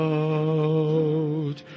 out